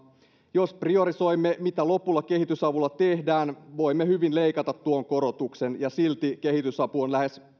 jos priorisoimme mitä lopulla kehitysavulla tehdään voimme hyvin leikata tuon korotuksen ja silti kehitysapu on lähes